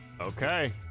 Okay